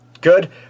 good